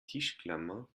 tischklammer